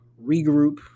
regroup